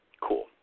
Cool